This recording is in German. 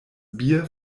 bier